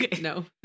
No